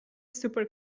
super